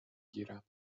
گیرم